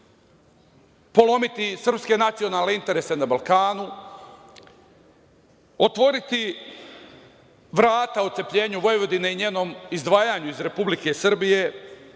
polomiti srpske nacionalne interese na Balkanu, otvoriti vrata otcepljenju Vojvodine i njenom izdvajanju iz Republike Srbije,